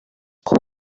kuba